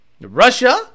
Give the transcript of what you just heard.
Russia